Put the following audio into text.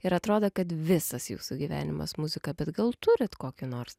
ir atrodo kad visas jūsų gyvenimas muzika bet gal turit kokį nors